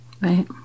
Right